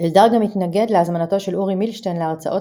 אלדר גם התנגד להזמנתו של אורי מילשטיין להרצאות